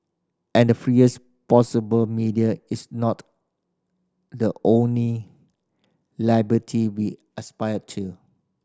and the freest possible media is not the only liberty we aspire to